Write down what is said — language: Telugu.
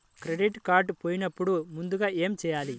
క్రెడిట్ కార్డ్ పోయినపుడు ముందుగా ఏమి చేయాలి?